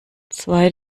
zwei